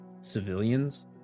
civilians